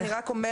אני רק אומרת,